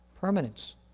Permanence